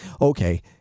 Okay